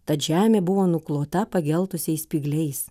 tad žemė buvo nuklota pageltusiais spygliais